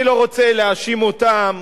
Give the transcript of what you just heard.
אני לא רוצה להאשים אותם